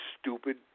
stupid